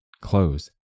close